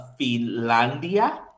Finlandia